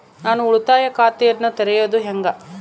ನಾನು ಉಳಿತಾಯ ಖಾತೆಯನ್ನ ತೆರೆಯೋದು ಹೆಂಗ?